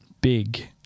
big